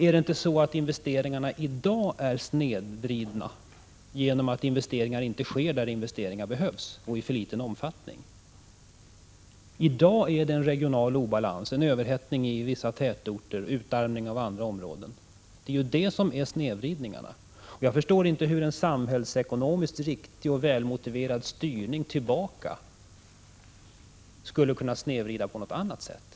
Är det inte så att investeringarna i dag är snedvridna genom att investeringar inte sker där det behövs eller i för liten omfattning? I dag råder det en regional obalans med överhettning i vissa tätorter och utarmning av andra områden. Det är det som är snedvridning! Jag förstår inte hur en samhällsekonomiskt riktig och välmotiverad styrning skulle kunna snedvrida på något annat sätt.